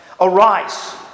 Arise